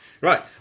Right